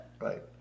Right